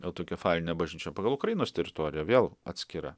autokefalinė bažnyčia pagal ukrainos teritoriją vėl atskira